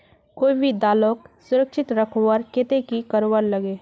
कोई भी दालोक सुरक्षित रखवार केते की करवार लगे?